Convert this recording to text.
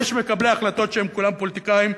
יש מקבלי החלטות שהם כולם פוליטיקאים,